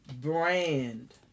brand